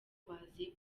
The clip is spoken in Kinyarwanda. bazi